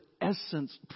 essence